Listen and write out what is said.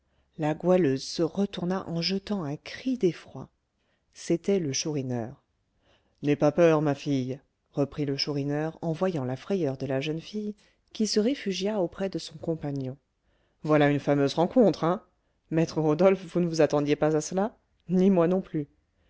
la goualeuse se retourna en jetant un cri d'effroi c'était le chourineur n'aie pas peur ma fille reprit le chourineur en voyant la frayeur de la jeune fille qui se réfugia auprès de son compagnon voilà une fameuse rencontre hein maître rodolphe vous ne vous attendiez pas à cela ni moi non plus